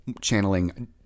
channeling